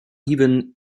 even